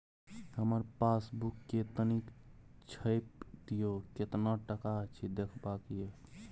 हमर पासबुक के तनिक छाय्प दियो, केतना टका अछि देखबाक ये?